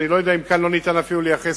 ואני לא יודע אם כאן לא ניתן אפילו לייחס